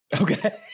Okay